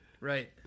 Right